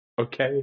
okay